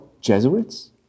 Jesuits